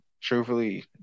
truthfully